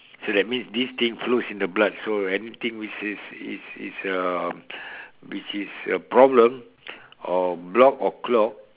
so that means this thing flows in the blood so anything which is is is uh which is a problem or block or clot